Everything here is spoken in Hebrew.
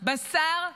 בשר,